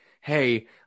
hey